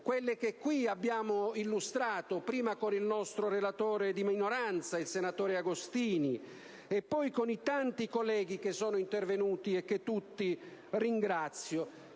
quelle che qui abbiamo illustrato, prima con il nostro relatore di minoranza, il senatore Agostini, e poi con i tanti colleghi che sono intervenuti, e che ringrazio